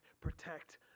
protect